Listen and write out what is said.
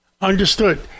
Understood